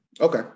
Okay